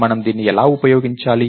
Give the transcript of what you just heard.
మనము దీన్ని ఎలా ఉపయోగించాలి